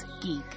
geek